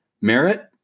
merit